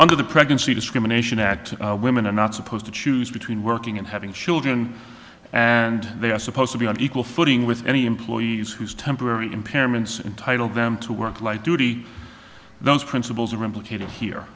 under the pregnancy discrimination act women are not supposed to choose between working and having children and they are supposed to be on equal footing with any employees whose temporary impairments entitle them to work light duty those principles are implicated here